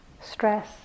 stress